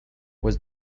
was